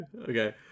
okay